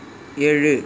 ஏழு